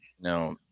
Now